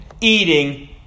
eating